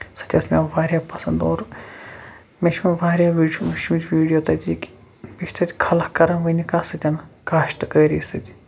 سۄ تہِ ٲسۍ مےٚ واریاہ زیادٕ پَسند اور مےٚ چھِ واریاہ لَتہِ وٕچھمٕتۍ ویٖڈیو تِتِکۍ بیٚیہِ چھِ تَتہِ خلق کران ؤنہِ کَتھ سۭتۍ کاشتہٕ کٲری سۭتۍ